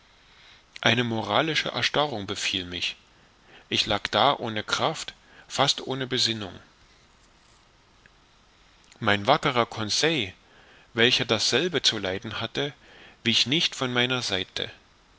eine moralische erstarrung befiel mich ich lag da ohne kraft fast ohne besinnung mein wackerer conseil welcher dasselbe zu leiden hatte wich nicht von meiner seite